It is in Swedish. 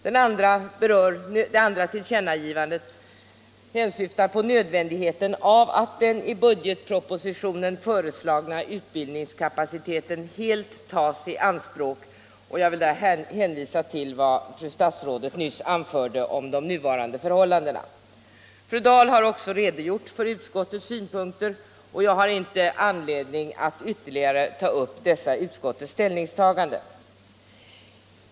Det andra tillkännagivandet syftar på nödvändigheten av att den i budgetpropositionen föreslagna utbildningskapaciteten helt tas i anspråk, och jag vill där hänvisa till vad fru statsrådet Hjelm-Wallén nyss anförde om de nuvarande förhållandena. Fru Dahl har också redogjort för utskottets synpunkter och jag har inte anledning att ytterligare ta upp dessa utskottets ställningstaganden.